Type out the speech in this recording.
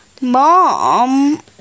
Mom